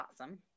awesome